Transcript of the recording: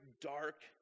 dark